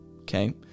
okay